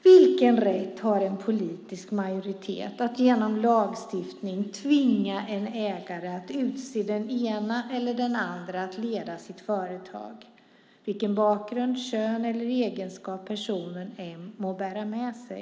Vilken rätt har en politisk majoritet att genom lagstiftning tvinga en ägare att utse den ena eller den andra att leda sitt företag vilken bakgrund, kön eller egenskap personen än må bära med sig?